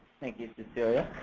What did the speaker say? thank you cecilia.